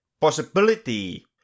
possibility